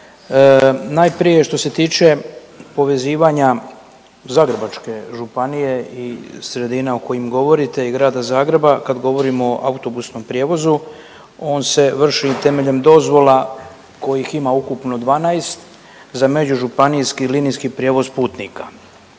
Najprije što se tiče povezivanja Zagrebačke županije i sredina o kojim govorite i grada Zagreba kad govorimo o autobusnom prijevozu on se vrši temeljem dozvola kojih ima ukupno 12 za međužupanijski linijski prijevoz putnika.